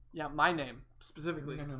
yeah, my name specifically and no,